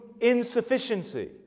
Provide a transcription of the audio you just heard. insufficiency